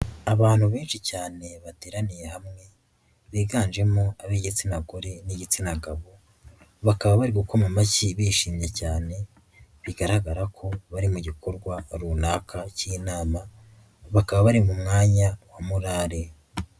Abantu benshi cyane bateraniye hamwe biganjemo ab'igitsina gore n'igitsina gabo, bakaba bari gukoma amashyi bishimye cyane, bigaragara ko bari mu gikorwa runaka k'inama bakaba bari mu mwanya wa morale.